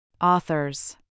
Authors